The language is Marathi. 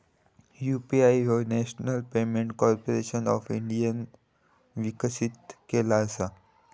यू.पी.आय ह्या नॅशनल पेमेंट कॉर्पोरेशन ऑफ इंडियाने विकसित केला असा